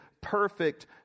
perfect